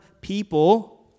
people